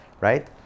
right